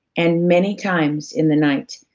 and many times in the night,